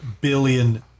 billion